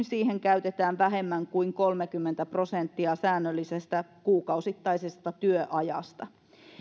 siihen käytetään vähemmän kuin kolmekymmentä prosenttia säännöllisestä kuukausittaisesta työajasta